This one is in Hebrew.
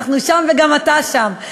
אנחנו שם וגם אתה שם.